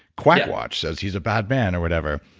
quackwatch as he's a bad man, or whatever